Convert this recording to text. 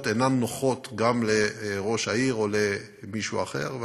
אינם נוחים גם לראש העיר או למישהו אחר.